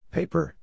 Paper